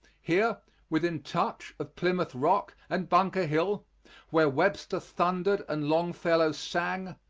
here within touch of plymouth rock and bunker hill where webster thundered and longfellow sang,